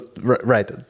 right